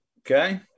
okay